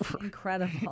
Incredible